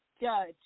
judge